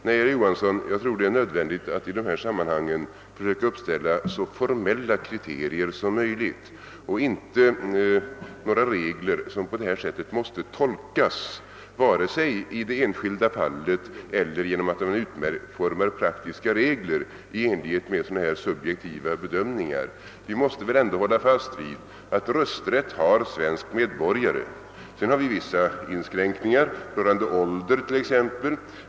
Nej, herr Johansson, jag tror det är nödvändigt att i dessa sammanhang försöka uppställa så formella kriterier som möjligt och inte några regler som måste tolkas i enlighet med sådana här subjektiva bedömningar i det enskilda fallet. Vi skall inte heller formulera generella regler grundade på sådana bedömningar. Vi måste väl ändå hålla fast vid, att rösträtt har svenska medborgare. Sedan har vi vissa inskränkningar rörande ålder t.ex.